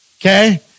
Okay